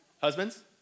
Husbands